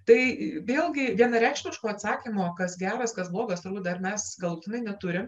tai vėlgi vienareikšmiško atsakymo kas geras kas blogas turbūt dar mes galutinai neturim